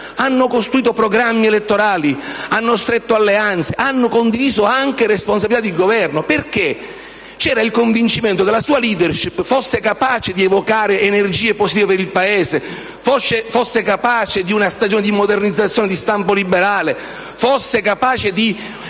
hanno costruito programmi elettorali, hanno stretto alleanze, hanno condiviso anche responsabilità di governo. C'era infatti il convincimento che la sua *leadership* fosse capace di evocare energie positive per il Paese, fosse capace di una stagione di modernizzazione di stampo liberale, fosse capace di